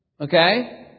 Okay